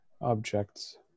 objects